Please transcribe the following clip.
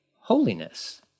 holiness